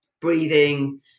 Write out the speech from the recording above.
breathing